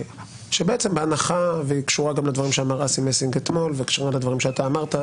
היא קשורה לדברים שאמר אסי מסינג אתמול וקשורה לדברים שאתה אמרת,